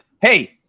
Hey